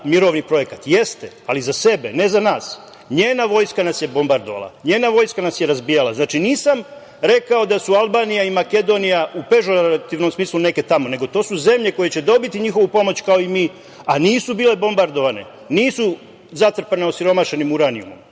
mirovni projekat? Jeste, ali za sebe, ne za nas. Njena vojska nas je bombardovala, njena vojska nas je razbijala. Znači, nisam rekao da su Albanija i Makedonija u pežorativnom smislu, neke tamo, nego to su zemlje koje će dobiti njihovu pomoć kao i mi, a nisu bile bombardovane, nisu zatrpane osiromašenim uranijumom